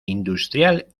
industrial